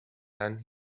and